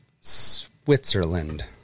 Switzerland